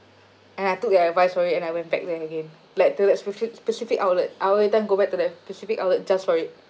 and I took their advice for it and I went back there again like to that speci~ specific outlet I every time go back to that specific outlet just for it